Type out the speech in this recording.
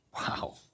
Wow